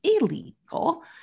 illegal